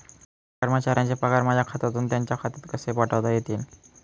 कर्मचाऱ्यांचे पगार माझ्या खात्यातून त्यांच्या खात्यात कसे पाठवता येतील?